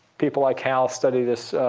people like hal study this,